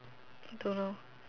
I don't know